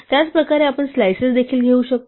त्याचप्रकारे आपण स्लाईसेस देखील घेऊ शकतो